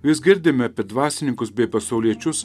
vis girdime apie dvasininkus bei pasauliečius